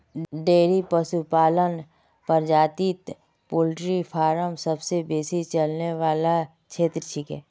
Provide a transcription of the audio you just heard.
dairy पशुपालन प्रजातित poultry farm सबसे बेसी चलने वाला क्षेत्र छिके